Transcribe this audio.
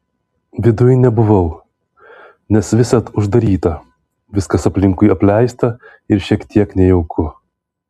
viduj nebuvau nes visad uždaryta viskas aplinkui apleista ir šiek tiek nejauku